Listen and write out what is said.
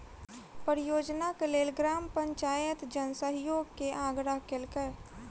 परियोजनाक लेल ग्राम पंचायत जन सहयोग के आग्रह केलकै